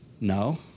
No